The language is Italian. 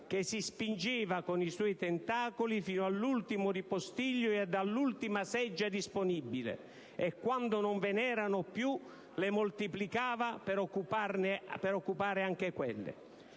che si spingeva con i suoi tentacoli fino all'ultimo ripostiglio ed all'ultima seggiola disponibile e, quando non ve n'erano più, le moltiplicava per occupare anche quelle.